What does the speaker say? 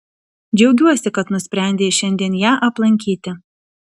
džiaugiuosi kad nusprendei šiandien ją aplankyti